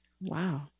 Wow